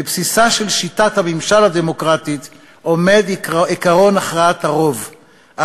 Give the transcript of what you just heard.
בבסיסה של שיטת הממשל הדמוקרטית עומד עקרון הכרעת הרוב,